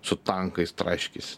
su tankais traiškys